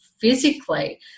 physically